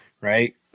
right